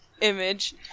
image